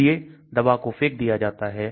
इसलिए दवा को फेंक दिया जाता है